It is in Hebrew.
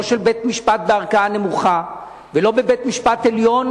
לא של בית-משפט בערכאה נמוכה ולא של בית-משפט עליון,